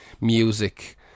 music